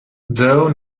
though